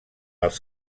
els